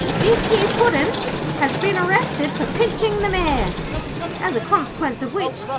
this here puddin has been arrested for pinching the mayor as a consequence of which,